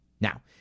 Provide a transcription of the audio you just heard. now